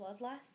bloodlust